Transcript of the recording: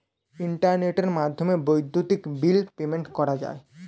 ইন্টারনেটের মাধ্যমে বৈদ্যুতিক বিল পেমেন্ট করা যায়